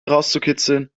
herauszukitzeln